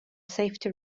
safety